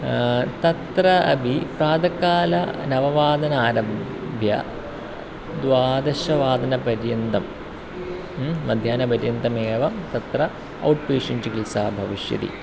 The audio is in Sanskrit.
तत्र अपि प्रातःकालनववादनादारभ्य द्वादशवादनपर्यन्तं मध्याह्नपर्यन्तमेव तत्र औट् पेषण्ट् चिकित्सा भविष्यति